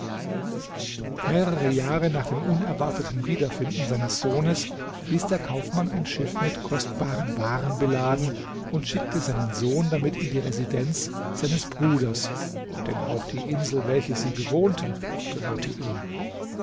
mehrere jahre nach dem unerwarteten wiederfinden seines sohnes ließ der kaufmann ein schiff mit kostbaren waren beladen und schickte seinen sohn damit in die residenz seines bruders denn auch die insel welche sie bewohnten gehörte ihm